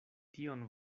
tion